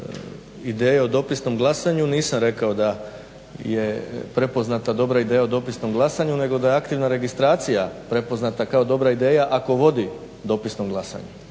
ideje o dopisnom glasanju nisam rekao da je prepoznata dobra ideja o dopisnom glasanju nego da je aktivan registracija prepoznata kao dobra ideja ako vodi dopisnom glasanju.